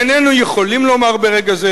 איננו יכולים לומר ברגע זה,